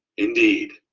indeed,